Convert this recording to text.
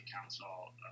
Council